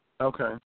Okay